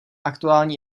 aktuální